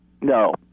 No